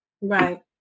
Right